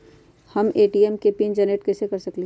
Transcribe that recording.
हम ए.टी.एम के PIN generate कईसे कर सकली ह?